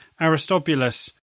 Aristobulus